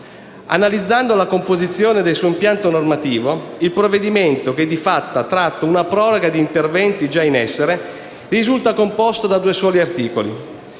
Analizzando la composizione del suo impianto normativo, il provvedimento, che di fatto tratta una proroga di interventi già in essere, risulta composto da due soli articoli,